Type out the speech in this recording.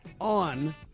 on